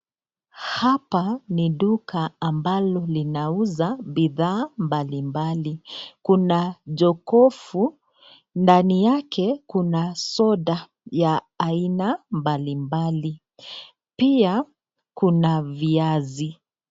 Hapa ni duka ambalo linauza bidhaa mbali mbali. Kuna jogofu ndani yake kuna soda ya aina mbali mbali . Pia kuna viazi